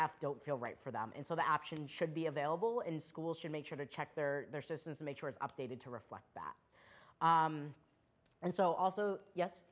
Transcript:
f don't feel right for them and so the option should be available in schools should make sure to check their systems to make sure it's updated to reflect that and so also yes